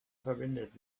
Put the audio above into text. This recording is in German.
verwendet